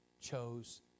chose